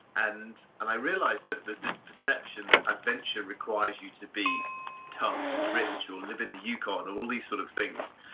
and and i realized that there's this perception that adventure requires you to be tough or rich or live in the yukon or all these sort of things.